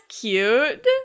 cute